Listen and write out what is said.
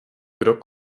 kdo